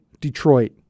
Detroit